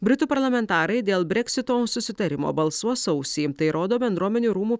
britų parlamentarai dėl breksito susitarimo balsuos sausį tai rodo bendruomenių rūmų